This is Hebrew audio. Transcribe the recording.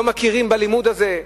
לא מכירים בלימוד הזה,